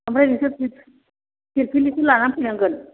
ओमफ्राय नोंसोर फिरफिलिखौ लाना फैनांगोन